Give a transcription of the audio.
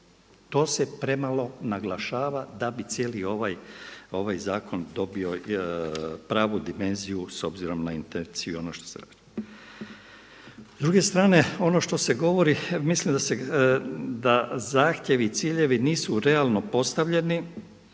To se premalo naglašava da bi cijeli ovaj zakon dobio pravu dimenziju s obzirom na intenciju i ono što … S druge strane, ono što se govori, mislim da zahtjevi i ciljevi nisu realno postavljeni